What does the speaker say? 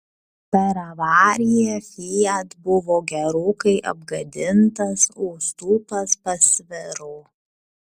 per avariją fiat buvo gerokai apgadintas o stulpas pasviro